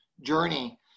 journey